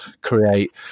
create